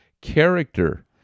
character